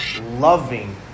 loving